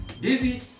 david